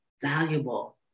valuable